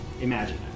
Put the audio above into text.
imagine